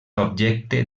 objecte